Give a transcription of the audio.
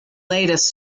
latest